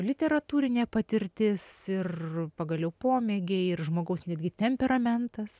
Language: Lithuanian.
literatūrinė patirtis ir pagaliau pomėgiai ir žmogaus netgi temperamentas